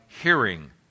hearing